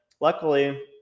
luckily